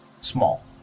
small